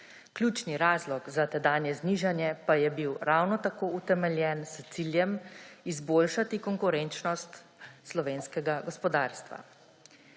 Ključni razlog za tedanje znižanje pa je bil ravno tako utemeljen s ciljem izboljšati konkurenčnost slovenskega gospodarstva.